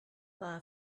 far